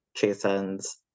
Jason's